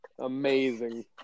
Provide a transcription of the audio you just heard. Amazing